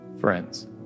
friends